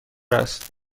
است